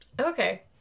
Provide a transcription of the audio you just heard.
Okay